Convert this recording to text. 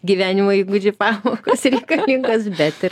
gyvenimo įgūdžių pamokos reikalingas bet ir